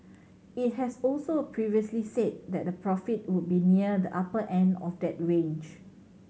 it has also previously said that profit would be near the upper end of that range